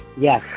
Yes